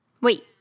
Wait